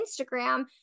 Instagram